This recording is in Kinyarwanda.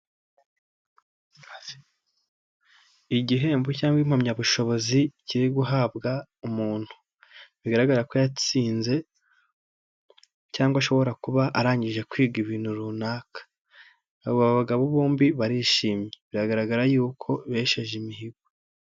Igihembo cyangwa impamyabushobozi kiri guhabwa umuntu bigaragara ko yatsinze cyangwa ashobora kuba arangije kwiga ibintu runaka. Aba bagabo bombi barishimye biragaragara yuko besheje imihigo.